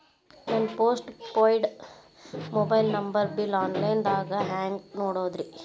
ನನ್ನ postpaid mobile number bill, online ದಾಗ ಹ್ಯಾಂಗ್ ನೋಡೋದ್ರಿ?